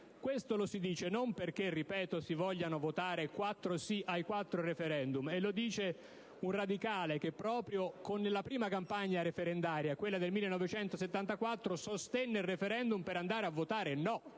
Questo lo si afferma non perché, ripeto, si vogliono votare quattro «sì» ai quattro *referendum* (e questo lo dice un radicale che, proprio nella prima campagna referendaria del 1974, sostenne il *referendum* per andare a votare «no»: